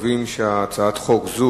את הצעת חוק התייעלות אנרגיה במבני ציבור,